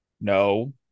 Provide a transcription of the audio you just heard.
no